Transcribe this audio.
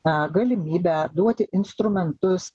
tą galimybę duoti instrumentus